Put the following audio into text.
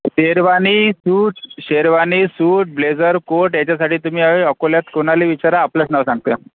sherwani suit sherwani suit blazer coat याच्यासाठी तुम्ही अकोल्यात कोणालाही विचारा आपलंच नाव सांगतया